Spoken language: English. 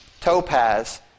topaz